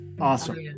awesome